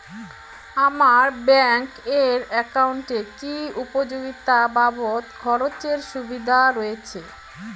আমার ব্যাংক এর একাউন্টে কি উপযোগিতা বাবদ খরচের সুবিধা রয়েছে?